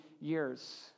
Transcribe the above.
years